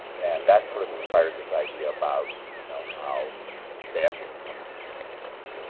and that sort of inspired this idea about, you know, how dancing with someone could could